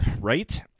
right